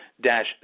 dash